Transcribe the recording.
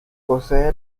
posee